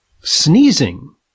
sneezing